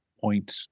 point